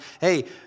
hey